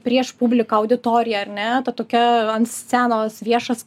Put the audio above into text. prieš publiką auditoriją ar ne ta tokia ant scenos viešas